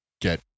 get